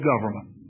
government